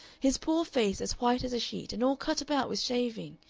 his poor face as white as a sheet and all cut about with shaving!